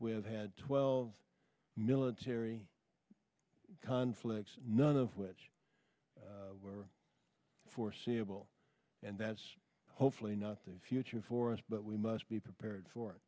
with had twelve military conflicts none of which were foreseeable and that's hopefully not the future for us but we must be prepared for it